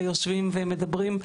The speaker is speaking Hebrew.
יושבים ומדברים.